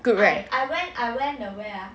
good right